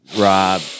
Rob